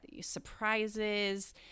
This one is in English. surprises